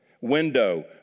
window